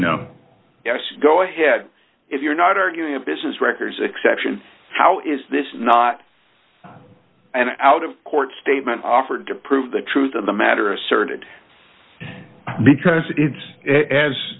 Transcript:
mean yes go ahead if you're not arguing if this is records exception how is this not an out of court statement offered to prove the truth of the matter asserted because it's